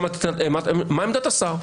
מה עמדת השר?